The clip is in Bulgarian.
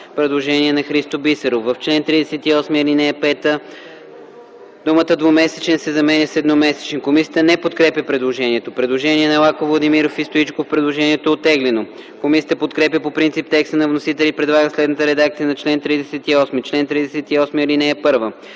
Предложение на Христо Бисеров: „В чл. 38, ал. 5 „двумесечен” се заменя с „едномесечен”.” Комисията не подкрепя предложението. Предложение на Лаков, Владимиров и Стоичков. Предложението е оттеглено. Комисията подкрепя по принцип текста на вносителя и предлага следната редакция на чл. 38: “Чл. 38. (1)